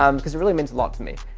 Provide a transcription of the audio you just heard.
um because it really meant a lot to me.